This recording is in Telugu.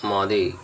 మాది